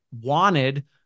wanted